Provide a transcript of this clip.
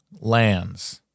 lands